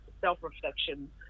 self-reflection